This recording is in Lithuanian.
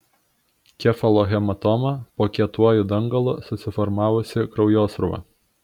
kefalohematoma po kietuoju dangalu susiformavusi kraujosrūva